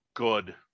Good